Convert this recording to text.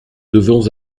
devons